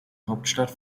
hauptstadt